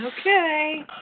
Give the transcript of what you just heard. Okay